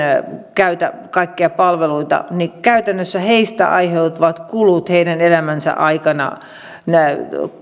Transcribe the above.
käytä kaikkia palveluita niin käytännössä heistä aiheutuvat kulut heidän elämänsä aikana